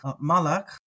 malak